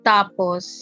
Tapos